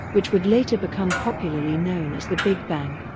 which would later become popularly known as the big bang.